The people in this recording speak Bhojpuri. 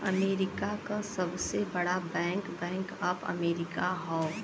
अमेरिका क सबसे बड़ा बैंक बैंक ऑफ अमेरिका हौ